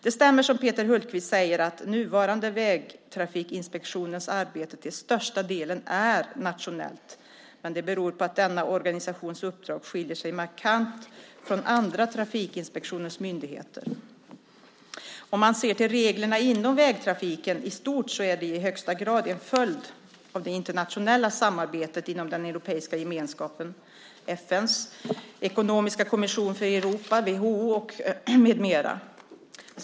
Det stämmer, som Peter Hultqvist säger, att nuvarande Vägtrafikinspektionens arbete till största delen är nationellt, men det beror på att denna organisations uppdrag skiljer sig markant från andra trafikinspektionsmyndigheters. Om man ser till reglerna inom vägtrafiken i stort, så är de i högsta grad en följd av det internationella samarbetet inom Europeiska gemenskapen, FN:s ekonomiska kommission för Europa, WHO med mera.